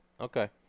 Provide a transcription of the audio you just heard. Okay